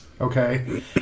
okay